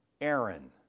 Aaron